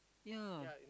yea